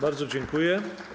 Bardzo dziękuję.